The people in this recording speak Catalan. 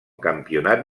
campionat